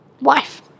Wife